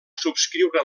subscriure